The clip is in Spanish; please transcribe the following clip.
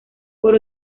por